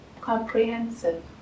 Comprehensive